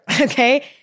okay